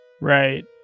Right